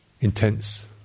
intense